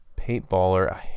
paintballer